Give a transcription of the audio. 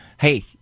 Hey